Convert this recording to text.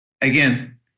again